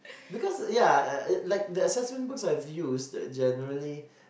because like yeah uh uh like the assessment books I've used generally